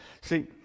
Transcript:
See